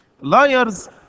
liars